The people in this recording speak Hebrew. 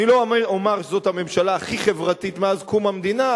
אני לא אומר שזאת הממשלה הכי חברתית מאז קום המדינה,